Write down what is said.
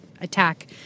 attack